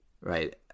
right